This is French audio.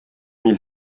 mille